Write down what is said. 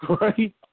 right